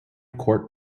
court